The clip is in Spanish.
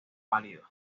pálido